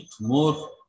more